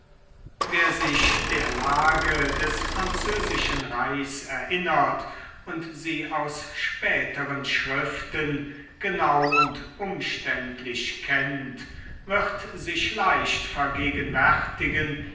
wer sich der lage des französischen reichs erinnert und sie aus späteren schriften genau und umständlich kennt wird sich leicht vergegenwärtigen